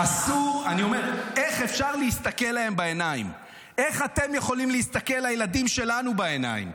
אבל איך אתם יכולים להסתכל להם בעיניים?